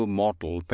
mortal